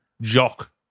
Jock